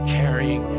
carrying